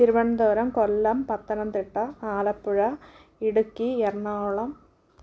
Thiruvananthapuram Kollam Pathanamthitta Alappuzha Idukki Ernakulam